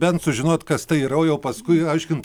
bent sužinot kas tai yra o jau paskui aiškint